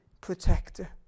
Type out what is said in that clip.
protector